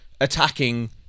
attacking